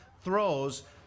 throws